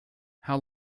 how